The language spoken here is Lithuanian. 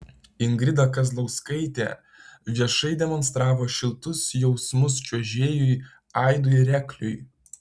ingrida kazlauskaitė viešai demonstravo šiltus jausmus čiuožėjui aidui rekliui